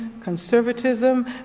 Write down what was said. conservatism